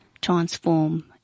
transform